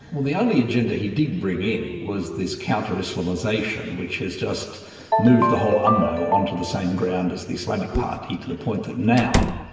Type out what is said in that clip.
well the only agenda he did bring in was this counter-islamisation which has just moved the whole umno onto the same ground as the islamic party, to the point that now,